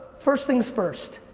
first thing's first,